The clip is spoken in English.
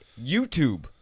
YouTube